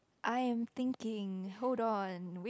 I am thinking hold on wait